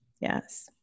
Yes